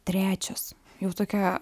trečias jau tokia